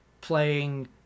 playing